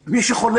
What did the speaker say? על מי שחולה.